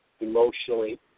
emotionally